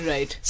Right